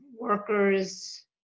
workers